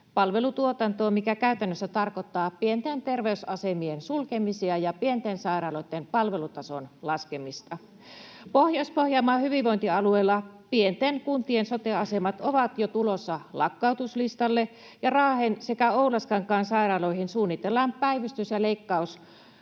palvelutuotantoon, mikä käytännössä tarkoittaa pienten terveysasemien sulkemisia ja pienten sairaaloitten palvelutason laskemista. Pohjois-Pohjanmaan hyvinvointialueella pienten kuntien sote-asemat ovat jo tulossa lakkautuslistalle, ja Raahen sekä Oulaskankaan sairaaloihin suunnitellaan päivystys- ja leikkaustoimintatason